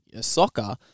soccer